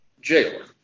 jailer